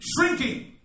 shrinking